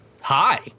Hi